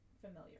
familiar